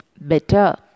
better